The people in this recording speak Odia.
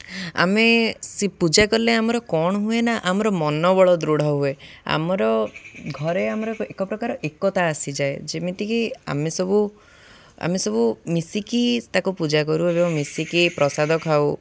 ଆମେ ସେ ପୂଜା କଲେ ଆମର କ'ଣ ହୁଏ ନା ଆମର ମନୋବଳ ଦୃଢ଼ ହୁଏ ଆମର ଘରେ ଆମର ଏକ ପ୍ରକାର ଏକତା ଆସିଯାଏ ଯେମିତିକି ଆମେ ସବୁ ଆମେ ସବୁ ମିଶିକି ତାକୁ ପୂଜା କରୁ ଏବଂ ମିଶିକି ପ୍ରସାଦ ଖାଉ